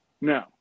No